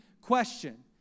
question